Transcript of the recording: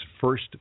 first